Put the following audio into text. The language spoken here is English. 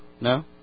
No